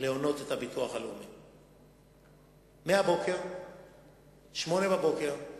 לביטוח לאומי באמת לנסות למנוע, כאשר אנחנו